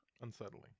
unsettling